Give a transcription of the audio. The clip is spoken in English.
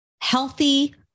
healthy